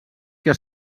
que